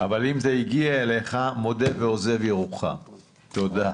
אבל אם זה הגיע אליך מודה ועוזב ירוחם, תודה.